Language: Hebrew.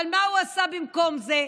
אבל מה הוא עשה במקום זה?